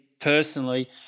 personally